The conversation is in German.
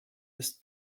ist